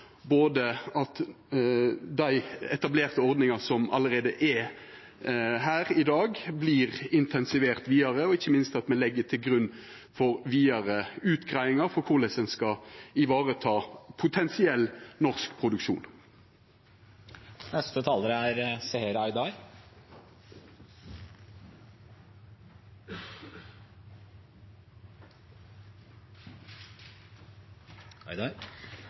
både at dei etablerte ordningane som allereie er i dag, vert intensiverte vidare, og ikkje minst at me legg til grunn vidare utgreiingar for korleis ein skal vareta potensiell norsk produksjon.